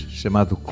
chamado